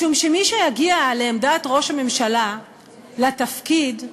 משום שמי שיגיע לעמדת ראש הממשלה, לתפקיד,